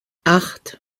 acht